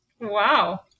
Wow